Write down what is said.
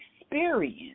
experience